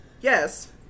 yes